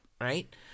right